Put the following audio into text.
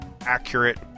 accurate